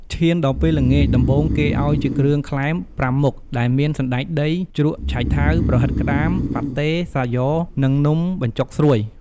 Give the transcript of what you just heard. ឈានដល់ពេលល្ងាច ដំបូងគេឲ្យជាគ្រឿងក្លែម ៥មុខ ដែលមាន សណ្តែកដី ជ្រក់ឆៃថាវ ប្រហិតក្តាម ប៉ាត់តេ សាយ៉ និង នំបញ្ចុកស្រួយ។